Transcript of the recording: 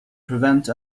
prevent